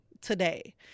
today